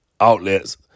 outlets